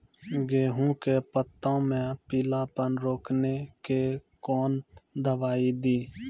गेहूँ के पत्तों मे पीलापन रोकने के कौन दवाई दी?